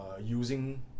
using